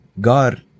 God